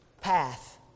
Path